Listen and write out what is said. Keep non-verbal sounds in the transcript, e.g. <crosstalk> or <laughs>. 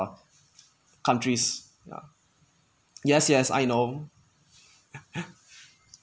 uh countries yeah yes yes I know <laughs>